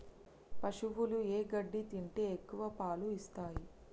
పశువులు ఏ గడ్డి తింటే ఎక్కువ పాలు ఇస్తాయి?